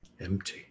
Empty